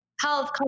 health